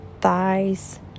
thighs